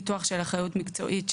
ביטוח של אחריות מקצועית,